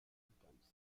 alcance